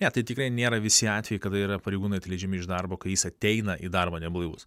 ne tai tikrai nėra visi atvejai kada yra pareigūnai atleidžiami iš darbo kai jis ateina į darbą neblaivus